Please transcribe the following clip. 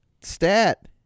stat